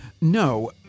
No